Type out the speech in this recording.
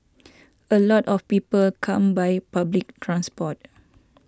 a lot of people come by public transport